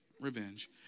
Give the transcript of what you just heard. Revenge